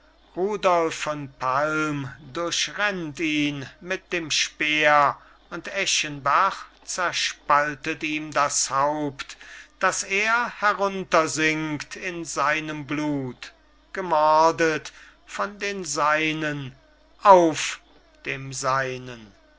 von palm durchtrennt ihn mit dem speer und eschenbach zerspaltet ihm das haupt dass er heruntersinkt in seinem blut gemordet von den seinen auf dem seinen